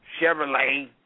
Chevrolet